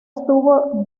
estuvo